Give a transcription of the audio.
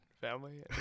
family